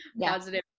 positive